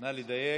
נא לדייק.